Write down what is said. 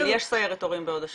אבל יש סיירת הורים בהוד השרון.